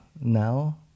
now